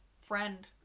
friend